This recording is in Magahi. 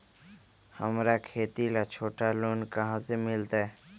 हमरा खेती ला छोटा लोने कहाँ से मिलतै?